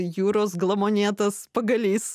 jūros glamonėtas pagalys